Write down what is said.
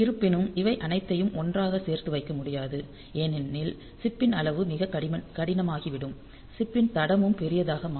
இருப்பினும் இவை அனைத்தையும் ஒன்றாக சேர்த்து வைக்க முடியாது ஏனெனில் சிப் பின் அளவு மிகவும் கடினமாகிவிடும் சிப்பின் தடமும் பெரியதாக மாறும்